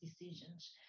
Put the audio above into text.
decisions